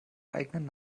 eigenen